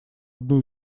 одну